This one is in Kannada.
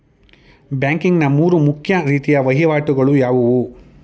ಬ್ಯಾಂಕಿಂಗ್ ನ ಮೂರು ಮುಖ್ಯ ರೀತಿಯ ವಹಿವಾಟುಗಳು ಯಾವುವು?